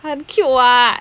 很 cute [what]